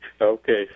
Okay